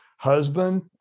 husband